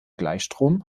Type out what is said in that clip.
gleichstrom